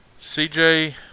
CJ